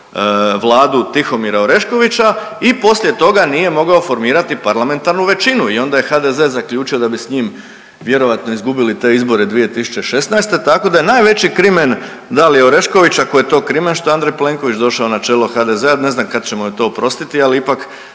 Vladu Tihomira Oreškovića i poslije toga nije mogao formirati parlamentarnu većinu i onda je HDZ zaključio da bi s njim vjerojatno izgubili te izbore 2016., tako da je najveći krimen Dalije Orešković ako je to krimen što je Andrej Plenković došao na čelo HDZ-a, ne znam kad ćemo joj to oprostiti, ali ipak